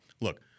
look-